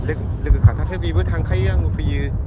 लोगो लोगोखाथारसो बेबो थांखायो आंबो फैयो